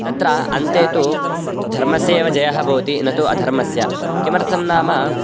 तत्र अन्ते तु धर्मस्य एव जयः भवति न तु अधर्मस्य किमर्थं नाम